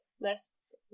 lists